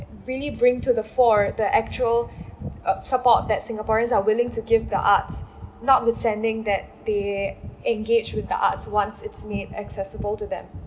freely bring to the fore the actual uh support that singaporeans are willing to give the arts notwithstanding that they engage with the arts once it's made accessible to them